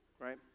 right